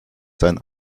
seinen